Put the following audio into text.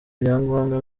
ibyangombwa